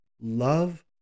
love